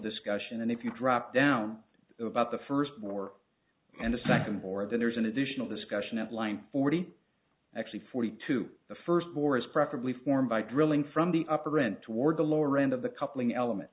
discussion and if you drop down about the first war and the second board then there's an additional discussion at line forty actually forty two the first bore is preferably formed by drilling from the upper end toward the lower end of the